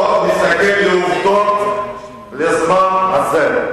בוא נסתכל על העובדות בזמן הזה.